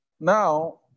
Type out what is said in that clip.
Now